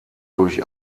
durch